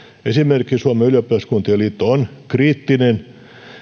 esimerkiksi suomen ylioppilaskuntien liitto on kriittinen